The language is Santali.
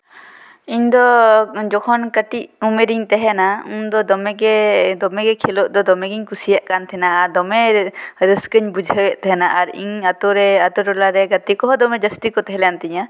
ᱤᱧ ᱫᱚ ᱡᱚᱠᱷᱚᱱ ᱠᱟᱹᱴᱤᱡ ᱩᱢᱮᱨᱤᱧ ᱛᱟᱦᱮᱱᱟ ᱩᱱᱫᱚ ᱫᱚᱢᱮ ᱜᱮ ᱫᱚᱢᱮ ᱜᱮ ᱠᱷᱮᱞᱳᱜ ᱫᱚ ᱫᱚᱢᱮ ᱜᱤᱧ ᱠᱩᱥᱤᱭᱟᱜ ᱠᱟᱱ ᱛᱮᱦᱮᱱᱟ ᱟᱨ ᱫᱚᱢᱮ ᱨᱟᱹᱥᱠᱟᱹᱧ ᱵᱩᱡᱷᱟᱹᱣᱮᱫ ᱛᱟᱦᱮᱱᱟ ᱟᱨ ᱤᱧ ᱟᱛᱳ ᱨᱮ ᱟᱛᱳᱼᱴᱚᱞᱟ ᱨᱮ ᱜᱟᱛᱮ ᱠᱚᱦᱚᱸ ᱫᱚᱢᱮ ᱡᱟᱹᱥᱛᱤ ᱠᱚ ᱛᱟᱦᱮᱸ ᱞᱮᱱ ᱛᱤᱧᱟᱹ